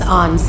on